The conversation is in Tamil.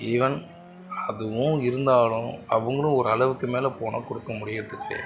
ஈவன் அதுவும் இருந்தாலும் அவங்களும் ஒரு அளவுக்கு மேலே போனால் கொடுக்க முடிகிறது கிடையாது